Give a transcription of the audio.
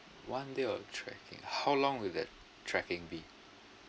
one day of trekking how long will that trekking be